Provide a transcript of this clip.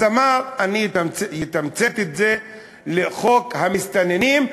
אז אמר: אני אתמצת את זה לחוק המסתננים,